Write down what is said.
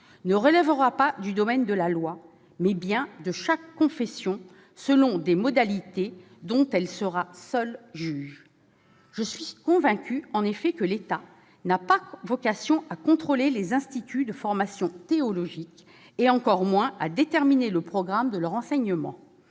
relèvera non pas du domaine de la loi, mais bien de chaque confession, selon des modalités dont celle-ci sera seule juge. Je suis convaincue en effet que l'État n'a pas vocation à contrôler les instituts de formation théologiques, et encore moins à déterminer le programme de leur enseignement.